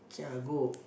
kia go